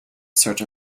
search